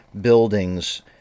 buildings